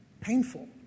painful